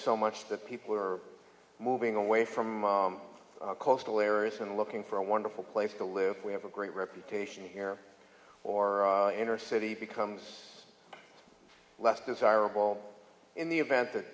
so much that people are moving away from coastal areas and looking for a wonderful place to live we have a great reputation here or inner city becomes less desirable in the event that